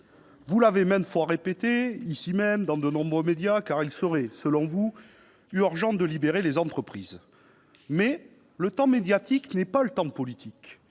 Vous l'avez maintes fois répété, ici même, dans de nombreux médias, car il serait, selon vous, urgent de libérer les entreprises. Mais le temps médiatique n'est pas le temps politique,